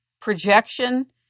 projection